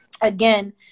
again